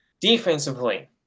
Defensively